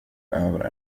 över